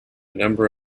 number